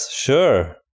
sure